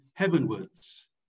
heavenwards